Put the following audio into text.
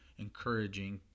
encouraging